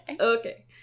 Okay